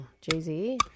Jay-Z